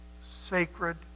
sacred